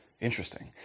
Interesting